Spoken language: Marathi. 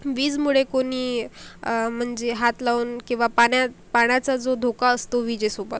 विजमुळे कोणी म्हणजे हात लावून किंवा पाण्यात पाण्याचा जो धोका असतो विजेसोबत